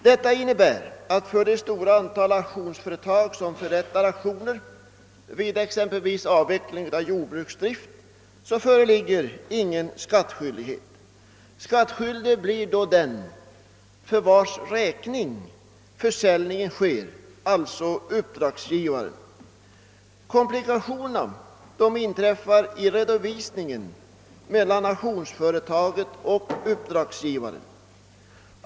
Detta innebär att det för det stora antal auktionsföretag som förrättar auktioner vid exempelvis avveckling av jordbruksdrift inte föreligger någon skattskyldighet. Skattskyldig blir den för vilkens räkning försäljningen sker, alltså uppdragsgivaren. Komplikationerna inträffar i redovisningen mellan auktionsföretaget och uppdragsgivaren.